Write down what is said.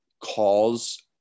calls